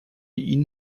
ihn